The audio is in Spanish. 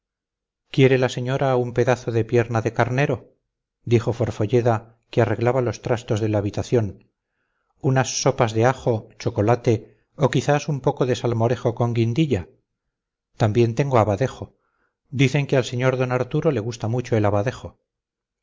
quiere la señora un pedazo de pierna de carnero dijo forfolleda que arreglaba los trastos de la habitación unas sopas de ajo chocolate o quizás un poco de salmorejo con guindilla también tengo abadejo dicen que al sr d arturo le gusta mucho el abadejo